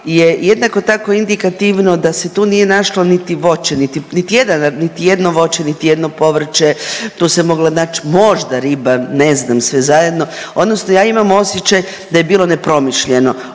je jednako tako indikativno da se tu nije našlo niti voće, niti jedno voće niti jedno povrće, tu se možda mogla nać možda riba, ne znam sve zajedno odnosno ja imam osjećaj da je bilo nepromišljeno